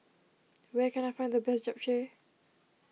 where can I find the best Japchae